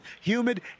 humid